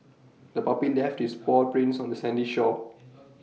the puppy left its paw prints on the sandy shore